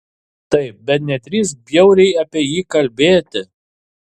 taip bet nedrįsk bjauriai apie jį kalbėti